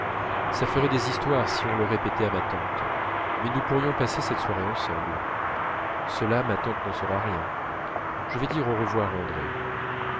ça ferait des histoires si on le répétait à ma tante mais nous pourrions passer cette soirée ensemble cela ma tante n'en saura rien je vais dire au revoir à andrée